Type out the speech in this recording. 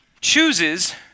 chooses